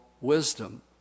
wisdom